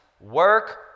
work